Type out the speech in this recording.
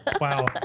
wow